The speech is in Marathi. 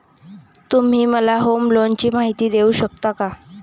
तुम्ही मला होम लोनची माहिती देऊ शकता का?